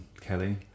Kelly